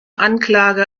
anklage